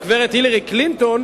הגברת הילרי קלינטון,